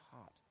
heart